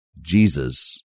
Jesus